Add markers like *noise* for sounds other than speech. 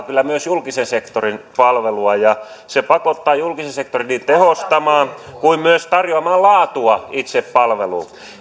*unintelligible* kyllä myös julkisen sektorin palvelua ja se pakottaa julkisen sektorin niin tehostamaan kuin myös tarjoamaan laatua itse palveluun